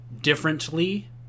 differently